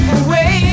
away